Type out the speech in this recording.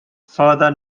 further